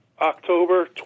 October